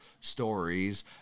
stories